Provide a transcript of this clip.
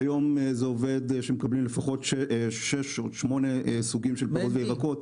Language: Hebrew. היום מקבלים לפחות שישה-שמונה סוגים של פירות וירקות.